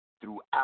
throughout